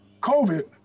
covid